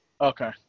Okay